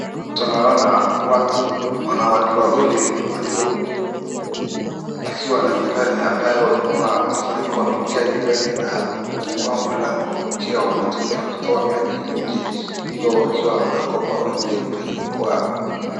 Tunaona watu wanawake wawili walio wakiwa nyumbani ambayo kuna mafuriko yameingia nyumbani na wamefungua mlango wakiwa wanatumia kutoa maji nje hivo wakiwa wanaogopa.